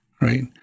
right